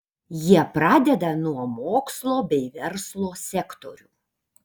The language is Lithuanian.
jie pradeda nuo mokslo bei verslo sektorių